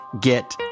get